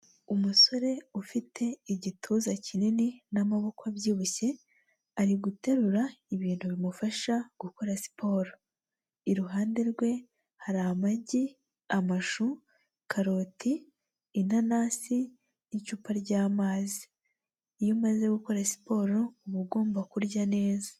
Umusore ufite igituza kinini n'amaboko abyibushye ari guterura ibintu bimufasha gukora siporo. Iruhande rwe hari amagi, amashu, karoti, inanasi n'icupa ry'amazi. Iyo umaze gukora siporo uba ugomba kurya neza.